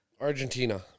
Argentina